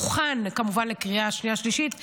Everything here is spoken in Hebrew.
והוכן כמובן לקריאה שנייה ושלישית.